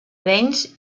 arenys